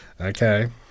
Okay